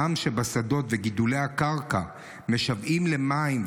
העם שבשדות וגידולי הקרקע משוועים למים,